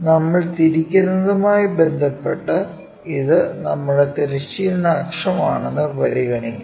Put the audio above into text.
നമ്മൾ തിരിക്കുന്നതുമായി ബന്ധപ്പെട്ട് ഇത് നമ്മുടെ തിരശ്ചീന അക്ഷമാണെന്ന് പരിഗണിക്കാം